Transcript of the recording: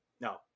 no